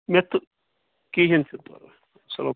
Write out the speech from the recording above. مےٚ تہٕ کِہیٖنٛۍ چھُنہٕ پَرواے سلام